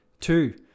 two